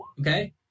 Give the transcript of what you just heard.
Okay